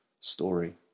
story